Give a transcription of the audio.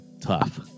tough